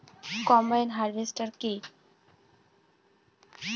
Combine harvester কি?